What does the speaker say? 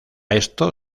esto